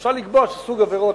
אפשר לקבוע שסוג עבירות,